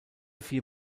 vier